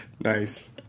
Nice